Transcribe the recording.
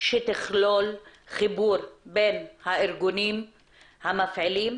שתכלול חיבור בין הארגונים המפעילים,